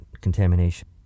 contamination